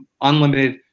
unlimited